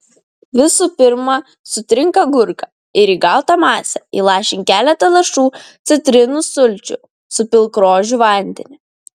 visų pirma sutrink agurką ir į gautą masę įlašink keletą lašų citrinų sulčių supilk rožių vandenį